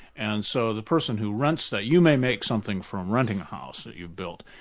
and so the person who rents that you may make something from renting a house that you built,